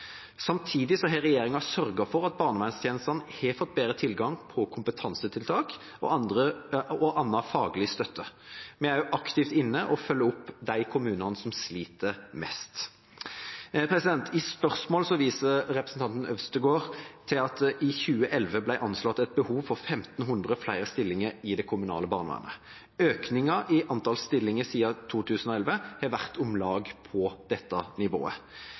Samtidig har regjeringa sørget for at barnevernstjenestene har fått bedre tilgang på kompetansetiltak og annen faglig støtte. Vi er også aktivt inne og følger opp de kommunene som sliter mest. I spørsmålet viser representanten Øvstegård til at det i 2011 ble anslått et behov for 1 500 flere stillinger i det kommunale barnevernet. Økningen i antall stillinger siden 2011 har vært på om lag dette nivået.